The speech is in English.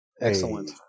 Excellent